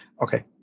Okay